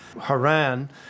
Haran